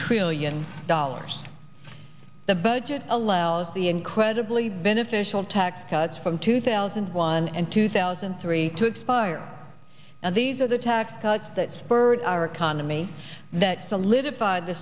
trillion dollars the budget allows the incredibly beneficial tax cuts from two thousand and one and two thousand and three to expire and these are the tax cuts that spurred our economy that solidified the